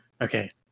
Okay